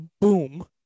boom